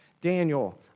Daniel